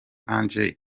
ange